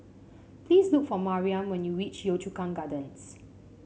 please look for Mariam when you reach Yio Chu Kang Gardens